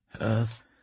Earth